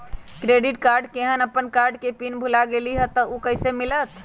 Credit card केहन अपन card के पिन भुला गेलि ह त उ कईसे मिलत?